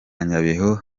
nyabihu